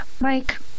Mike